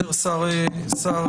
עוזר שר המשפטים.